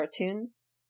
cartoons